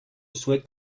souhaite